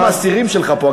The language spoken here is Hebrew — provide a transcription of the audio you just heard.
כולם אסירים שלך פה,